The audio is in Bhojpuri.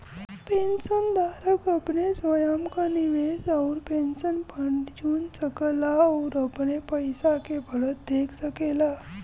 पेंशनधारक अपने स्वयं क निवेश आउर पेंशन फंड चुन सकला आउर अपने पइसा के बढ़त देख सकेला